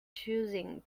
choosing